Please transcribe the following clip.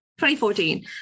2014